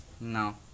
No